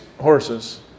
Horses